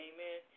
Amen